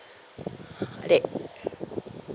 adik